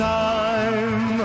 time